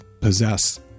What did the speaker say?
possess